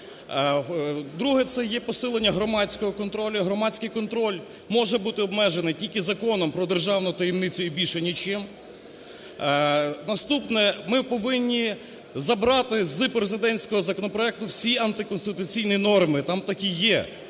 Друге – це є посилення громадського контролю. Громадський контроль може бути обмежений тільки Законом про таємницю і більше нічим. Наступне. Ми повинні забрати з президентського законопроекту всі антиконституційні норми, там такі є.